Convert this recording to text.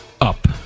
Up